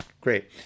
Great